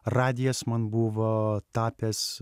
radijas man buvo tapęs